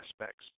aspects